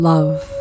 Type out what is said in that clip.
Love